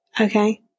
Okay